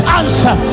answer